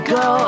go